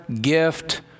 gift